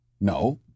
No